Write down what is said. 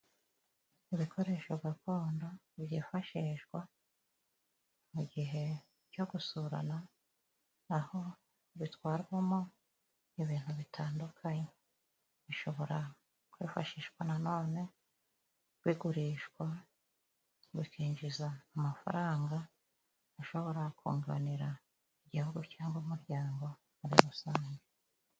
Ibikoresho gakondo byifashishwa mu gihe cyo gusurana, aho bitwarwamo ibintu bitandukanye. Bishobora kwifashishwa na none bigurishwa bikinjiza amafaranga ashobora kunganira igihugu, cyangwa umuryango muri rusange.